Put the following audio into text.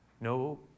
No